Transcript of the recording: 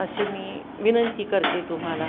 अशी मी विनंती करते तुम्हाला